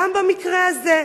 גם במקרה הזה.